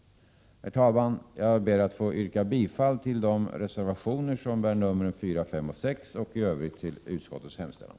Herr talman! Jag ber att få yrka bifall till de reservationer som bär numren 4, 5, och 6 och i övrigt till utskottets hemställan.